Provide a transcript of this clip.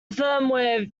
firmware